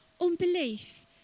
Unbelief